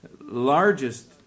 largest